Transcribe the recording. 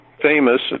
Famous